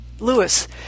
Lewis